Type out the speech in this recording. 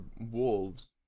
wolves